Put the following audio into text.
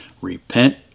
Repent